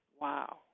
Wow